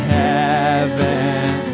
heaven